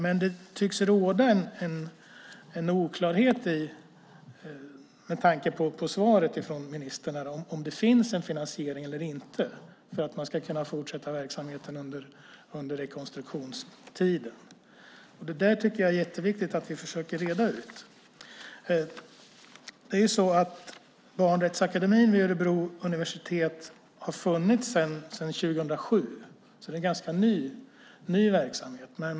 Men det tycks råda en oklarhet, med tanke på svaret från ministern, om huruvida det finns en finansiering eller inte för att man ska kunna fortsätta verksamheten under rekonstruktionstiden. Jag tycker att det är jätteviktigt att vi försöker reda ut det. Barnrättsakademin vid Örebro universitet har funnits sedan 2007, så det är en ganska ny verksamhet.